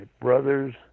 brothers